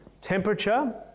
temperature